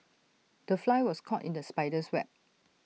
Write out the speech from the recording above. the fly was caught in the spider's web